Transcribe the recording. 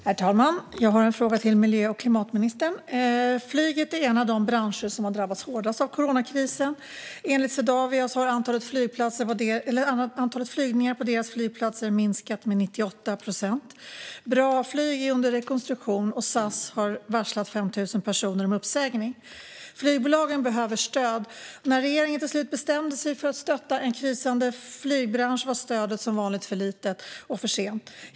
Herr talman! Jag har en fråga till miljö och klimatministern. Flyget är en av de branscher som har drabbats hårdast av coronakrisen. Enligt Swedavia har antalet flygningar på deras flygplatser minskat med 98 procent. BRA Flyg är under rekonstruktion, och SAS har varslat 5 000 personer om uppsägning. Flygbolagen behöver stöd. När regeringen till slut bestämde sig för att stötta en krisande flygbransch var stödet som vanligt för litet och kom för sent.